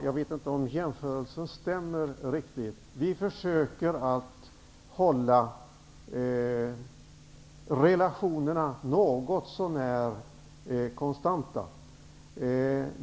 Jag vet inte om jämförelsen stämmer riktigt. Vi försöker att hålla relationerna något så när konstanta.